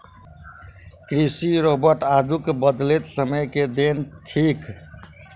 कृषि रोबोट आजुक बदलैत समय के देन थीक